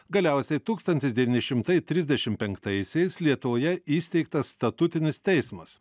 galiausiai tūkstantis devyni šimtai trisdešim penktaisiais lietuvoje įsteigtas statutinis teismas